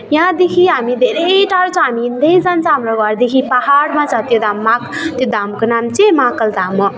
यहाँदेखि हामी धेरै टाढो छ हामी हिँड्दै जान्छ हाम्रो घरदेखि पाहाडमा छ त्यो धाममा त्यो धामको नाम चाहिँ महाकाल धाम हो